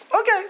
Okay